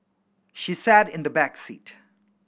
she sat in the back seat